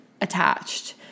attached